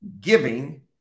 giving